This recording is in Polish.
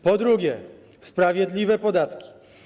Po drugie, sprawiedliwe podatki.